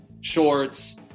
shorts